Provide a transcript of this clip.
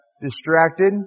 distracted